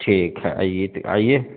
ठीक है आइए तो आइए